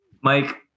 Mike